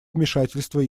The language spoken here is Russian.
вмешательства